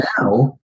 now